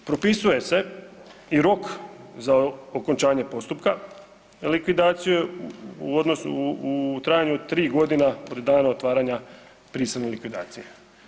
Propisuje se i rok za okončanje postupka likvidacije u odnosu, u trajanju od 3 godina od dana otvaranja prisilne likvidacije.